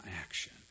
action